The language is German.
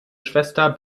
schwester